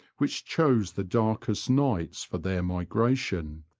which chose the darkest nights for their migration.